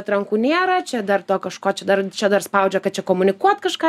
atrankų nėra čia dar to kažko čia dar čia dar spaudžia kad čia komunikuot kažką